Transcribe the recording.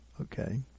Okay